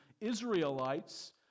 Israelites